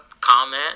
comment